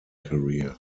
career